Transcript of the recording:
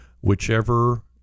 whichever